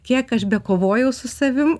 kiek aš bekovojau su savim